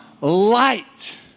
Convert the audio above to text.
light